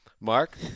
Mark